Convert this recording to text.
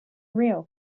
real